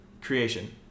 creation